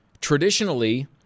traditionally